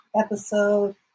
episode